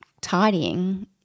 tidying